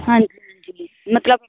ਹਾਂਜੀ ਹਾਜੀ ਮਤਲਵ